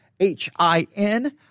H-I-N